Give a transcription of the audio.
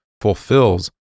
fulfills